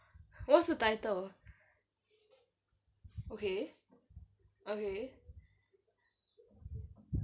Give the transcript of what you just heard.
what's the title okay okay